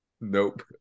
Nope